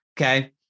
okay